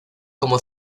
como